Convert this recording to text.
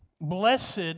Blessed